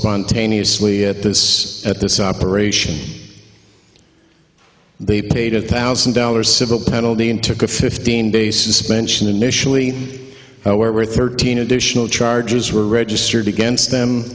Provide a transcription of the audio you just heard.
spontaneously at this at this operation they paid a thousand dollars civil penalty and took a fifteen day suspension initially where were thirteen additional charges were registered against them